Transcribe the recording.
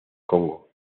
congo